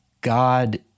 God